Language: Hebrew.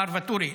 מר ואטורי,